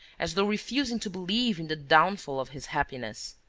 as though refusing to believe in the downfall of his happiness.